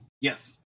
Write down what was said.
Yes